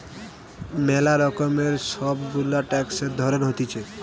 ম্যালা রকমের সব গুলা ট্যাক্সের ধরণ হতিছে